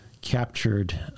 captured